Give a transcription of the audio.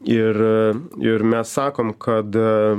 ir ir mes sakom kada